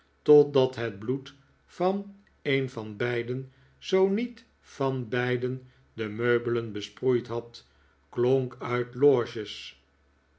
totdat het bloed van een van beiden zoo niet van beiden de meubelen besproeid had klonk uit loges